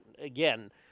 again